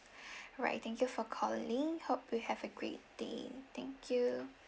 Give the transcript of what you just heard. alright thank you for calling hope you have a great day thank you